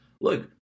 Look